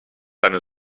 seine